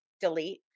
Delete